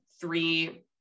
three